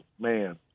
man